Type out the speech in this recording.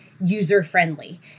user-friendly